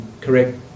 correct